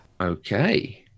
Okay